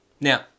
Now